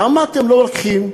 למה אתם לא לוקחים,